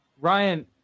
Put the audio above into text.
ryan